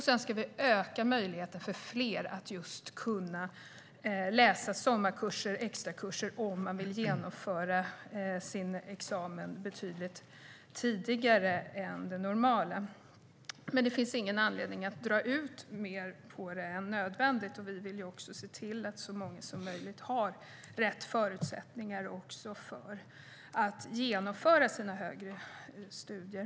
Sedan ska vi öka möjligheten för fler att kunna läsa sommarkurser och extrakurser om de vill genomföra sin examen betydligt tidigare än normalt. Det finns ingen anledning att dra ut på det mer än nödvändigt. Vi vill se till att så många som möjligt har rätt förutsättningar för att genomföra sina högre studier.